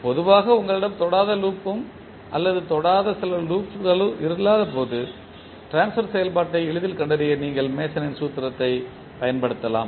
பொதுவாக உங்களிடம் தொடாத லூப் ம் அல்லது தொடாத சில லூப்கள் இல்லாதபோது ட்ரான்ஸ்பர் செயல்பாட்டை எளிதில் கண்டறிய நீங்கள் மேசனின் சூத்திரத்தைப் பயன்படுத்தலாம்